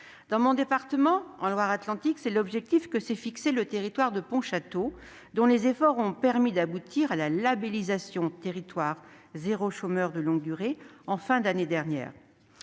Dans mon département, en Loire-Atlantique, c'est l'objectif que s'est fixé le territoire de Pont-Château, dont les efforts ont permis d'aboutir à la labellisation « territoire zéro chômeur de longue durée » à la fin de l'année dernière.